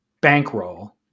bankroll